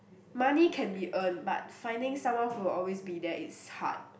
money can be earned but finding someone who will always be there it's hard